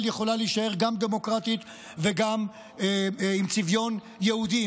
יכולה להישאר גם דמוקרטית וגם עם צביון יהודי,